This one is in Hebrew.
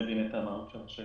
אני לא מבין את המהות של השאלה.